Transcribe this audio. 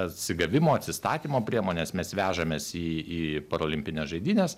atsigavimo atsistatymo priemones mes vežamės į į parolimpines žaidynes